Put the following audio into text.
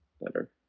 better